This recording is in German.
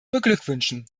beglückwünschen